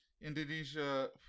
indonesia